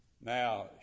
Now